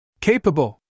Capable